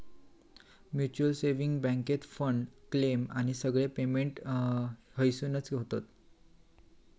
mutual saving बॅन्केत fund, claim आणि सगळे पेमेंट हयसूनच होतत